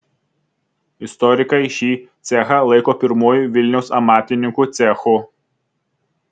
istorikai šį cechą laiko pirmuoju vilniaus amatininkų cechu